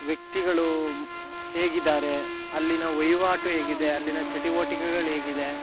ವ್ಯಕ್ತಿಗಳು ಹೇಗಿದ್ದಾರೆ ಅಲ್ಲಿಯ ವಹಿವಾಟು ಹೇಗಿದೆ ಅಲ್ಲಿಯ ಚಟುವಟಿಕೆಗಳ್ಹೇಗಿದೆ